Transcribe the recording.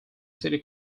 city